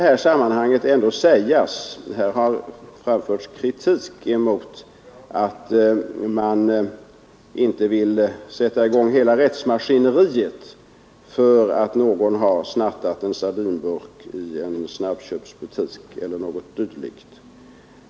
Här har framförts kritik mot att man inte vill sätta i gång hela rättsmaskineriet för att någon har snattat en sardinburk i en snabbköpsbutik eller något dylikt.